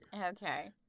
Okay